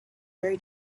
very